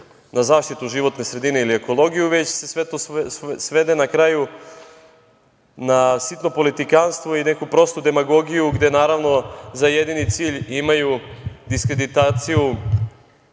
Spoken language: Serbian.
na zaštitu životne sredine ili ekologiju, već se sve to svede na kraju na sitno politikanstvo i neku prostu demagogiju gde naravno za jedini cilj imaju diskreditaciju